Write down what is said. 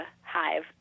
hive